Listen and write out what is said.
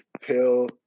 pill